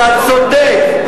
אתה צודק,